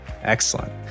Excellent